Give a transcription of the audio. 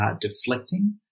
Deflecting